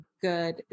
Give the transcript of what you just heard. good